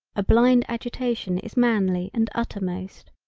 a blind agitation is manly and uttermost.